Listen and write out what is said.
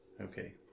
Okay